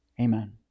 Amen